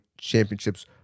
championships